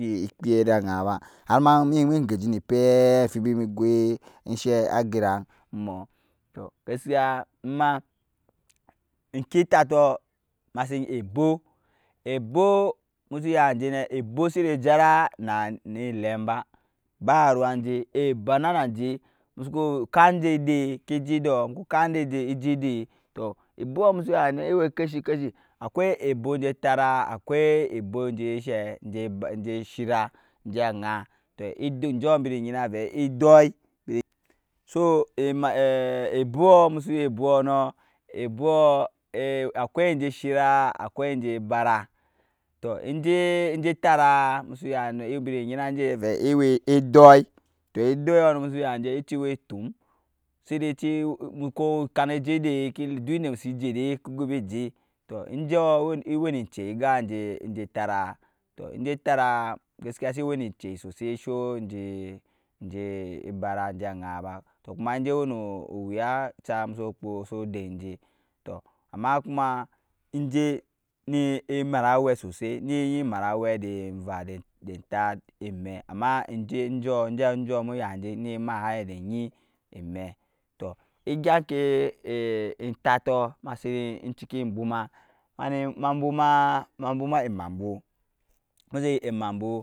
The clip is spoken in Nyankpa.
Ekpiɛ eda aya ba har ma mi eŋgeji ne epee amfibi ne goi ensheee ageray tɔ gaskiya ema ŋke etatɔ ema si ebo eboo musu ya nje ne ebo su je jara ne dem ba baruwa enje ebana na nje musu ku kan nje edee eje edɔɔ musu ku kan nje edee e je edee tɔ eboɔ musu ya nje ewe keshi keshi akwai ebo nje tara akwai ebo nje enshɛɛ nje shira enje aŋa tɔ enjee enje ya nje nɔ nyina vɛ ewe edsi to edɔi nɔ musu ya nje a ci we tum sene ci ko kani eje dee duk ende si je dei ke go vii je tɔ njɔɔ ewe ne encei e gan je etara tɔ enje etaa gaskiya se we ni encei sosai esho enje ebara nje aŋaa ba tɔ kuma enje owe nu wuya musu den nje tɔ amma kuma enje ne emat awɛ sosai ne enyi mat awɛ ende eva ende etat emɛ awɛ ende eva ende etat emɛ amma mu ya nje ne emat de enyi emɛ tɔ egya eŋkee etats ema sin ciki eboma ema bwoma emambwo emu su ya emambwo.